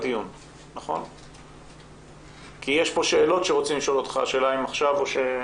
כי יש פה שאלות שרוצים לשאול אותך השאלה אם עכשיו.